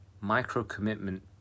micro-commitment